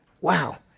Wow